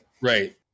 Right